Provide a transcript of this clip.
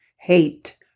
hate